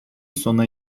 sona